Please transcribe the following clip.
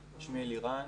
בין-לאומית,